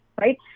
Right